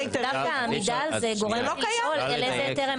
דווקא העמידה על זה גורם לי לתהות על איזה היתר הם